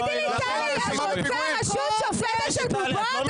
תגידי לי, טלי, את רוצה רשות שופטת של בובות?